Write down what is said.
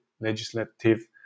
legislative